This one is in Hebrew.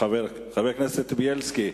חבר הכנסת בילסקי,